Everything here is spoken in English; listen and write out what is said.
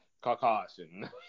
caucasian